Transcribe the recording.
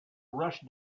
rush